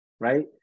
right